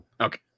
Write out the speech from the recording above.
Okay